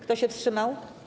Kto się wstrzymał?